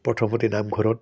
প্ৰথমতে নামঘৰত